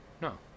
No